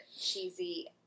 cheesy